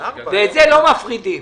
ואת זה לא מפרידים.